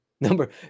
Number